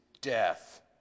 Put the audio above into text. death